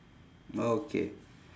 okay